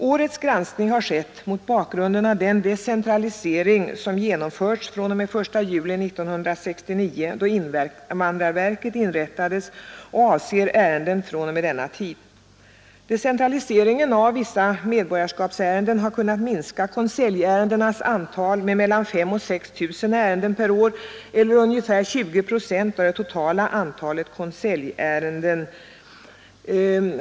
Årets granskning har skett mot bakgrund av den decentralisering som genomförts från och med 1 juli 1969 då invandrarverket inrättades och avser ärenden från och med denna tid. Decentraliseringen av vissa medborgarskapsärenden har kunnat minska konseljärendenas antal med mellan 5 000 och 6 000 per år eller ungefär 20 procent av det totala antalet konseljärenden.